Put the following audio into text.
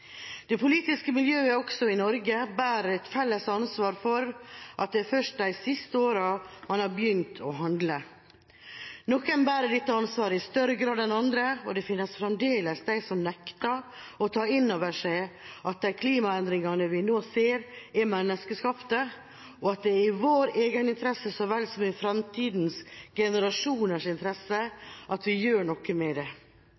Det politiske miljøet, også i Norge, bærer et felles ansvar for at det først er de siste årene man har begynt å handle. Noen bærer dette ansvaret i større grad enn andre, og det finnes fremdeles dem som nekter å ta inn over seg at de klimaendringene vi nå ser, er menneskeskapte, og at det er i vår egeninteresse så vel som i fremtidens generasjoners interesse at vi gjør noe